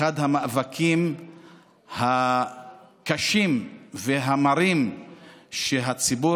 אחד המאבקים הקשים והמרים שהציבור